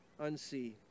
unsee